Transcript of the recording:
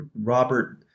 Robert